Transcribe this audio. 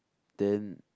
then